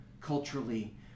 Culturally